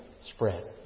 spread